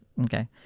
Okay